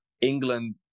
England